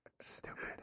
Stupid